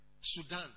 Sudan